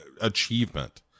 achievement